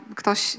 ktoś